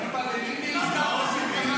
לוחצים לעסקה,